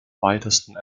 weitesten